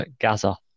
Gaza